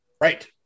Right